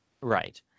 Right